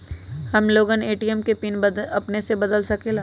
हम लोगन ए.टी.एम के पिन अपने से बदल सकेला?